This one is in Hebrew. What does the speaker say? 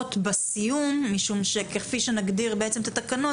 בהגדרות בסיום משום שכפי שנגדיר את התקנות,